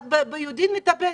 את ביודעין מתאבדת.